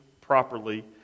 properly